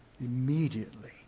immediately